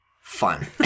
fun